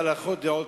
בהלכות דעות,